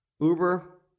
Uber